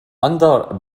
under